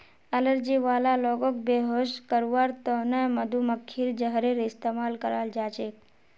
allergy वाला लोगक बेहोश करवार त न मधुमक्खीर जहरेर इस्तमाल कराल जा छेक